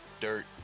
Dirt